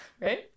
right